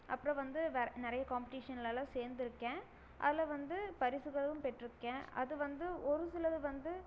அப்புறம் வந்து வேறு நிறைய காம்பெடிஷன்லலாம் சேர்ந்துருக்கேன் அதில் வந்து பரிசுகளும் பெற்றுக்கேன் அது வந்து ஒரு சிலது வந்து